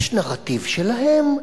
יש נרטיב שלהם,